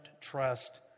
trust